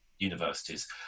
universities